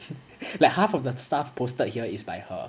like half of the stuff posted here is by her